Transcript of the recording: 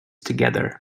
together